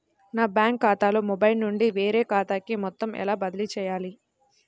నా బ్యాంక్ ఖాతాలో మొబైల్ నుండి వేరే ఖాతాకి మొత్తం ఎలా బదిలీ చేయాలి?